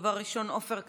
הדובר הראשון, עופר כסיף,